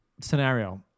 scenario